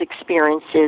experiences